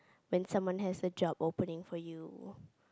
when someone has a job opening for you